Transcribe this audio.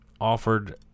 offered